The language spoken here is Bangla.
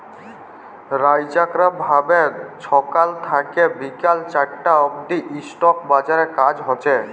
রইজকার ভাবে ছকাল থ্যাইকে বিকাল চারটা অব্দি ইস্টক বাজারে কাজ হছে